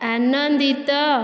ଆନନ୍ଦିତ